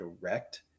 direct